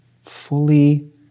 fully